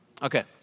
Okay